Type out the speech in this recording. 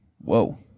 whoa